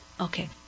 Okay